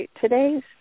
today's